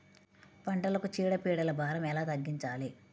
పంటలకు చీడ పీడల భారం ఎలా తగ్గించాలి?